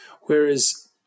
Whereas